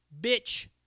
bitch